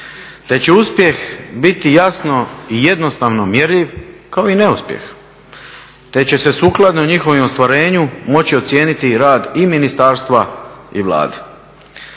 te će uspjeh biti jasno i jednostavno mjerljiv kao i neuspjeh, te će se sukladno njihovom ostvarenju moći ocijeniti rad i ministarstva i Vlade.